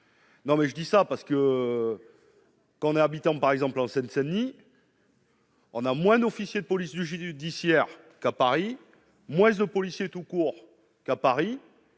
non, mais je dis ça parce que quand on est habitant par exemple en Seine-Saint-Denis. On a moins d'officier de police du judiciaire qu'à Paris, moins aux policiers tout court qu'à Paris